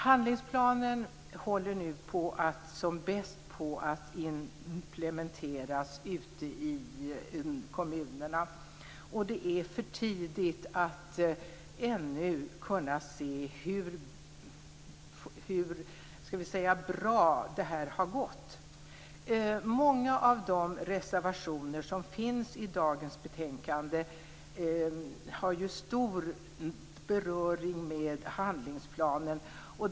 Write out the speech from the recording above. Handlingsplanen håller nu som bäst på att implementeras ute i kommunerna. Och det är för tidigt att ännu kunna se hur bra detta har gått. Många av de reservationer som finns i dagens betänkande har ju stor beröring med handlingsplanen.